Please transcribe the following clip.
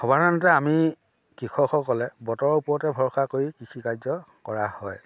সৰ্বসাধাৰণতে আমি কৃষকসকলে বতৰৰ ওপৰতে ভৰসা কৰি কৃষিকাৰ্য কৰা হয়